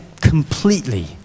completely